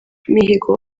mihigo